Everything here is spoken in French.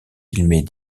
filmées